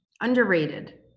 underrated